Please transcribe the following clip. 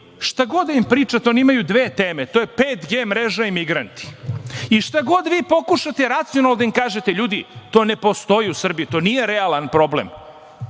šta god da im pričate imaju dve teme, to je 5G mreža i migranti i šta god pokušate racionalno da im kažete – ljudi, to ne postoji u Srbiji, to nije realan problem,